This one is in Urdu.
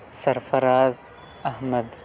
سرفراز احمد